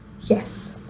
Yes